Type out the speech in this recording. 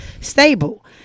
stable